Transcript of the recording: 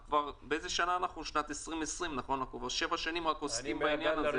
אנחנו 7 שנים עוסקים בעניין הזה.